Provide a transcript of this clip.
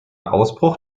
ausbruch